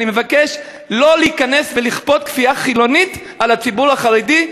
אני מבקש לא להיכנס ולכפות כפייה חילונית על הציבור החרדי,